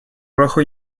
rojo